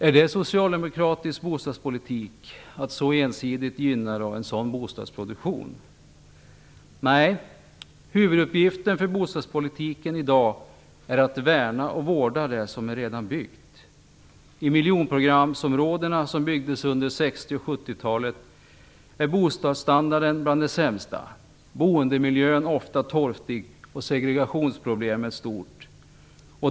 Är det socialdemokratisk bostadspolitik att så ensidigt gynna en sådan bostadsproduktion? Nej, huvuduppgiften för bostadspolitiken i dag är att värna och vårda det som redan är byggt. 60 och 70-talet är bostadsstandarden bland de sämsta. Boendemiljön är ofta torftig, och segregationsproblemet är stort.